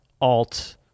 alt